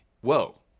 Whoa